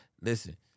Listen